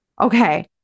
Okay